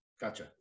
Gotcha